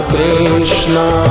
Krishna